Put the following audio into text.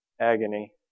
agony